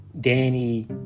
Danny